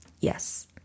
Yes